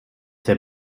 der